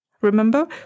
Remember